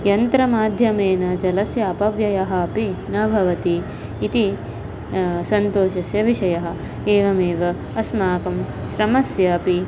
यन्त्रमाध्यमेन जलस्य अपव्ययः अपि न भवति इति सन्तोषस्य विषयः एवमेव अस्माकं श्रमस्य अपि